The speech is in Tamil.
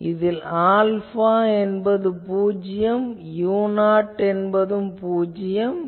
இதில் ஆல்பா என்பது பூஜ்யம் அல்லது u0 என்பது பூஜ்யம் ஆகும்